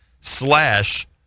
slash